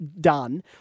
done